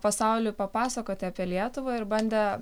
pasauliui papasakoti apie lietuvą ir bandė